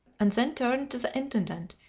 and then turned to the intendant,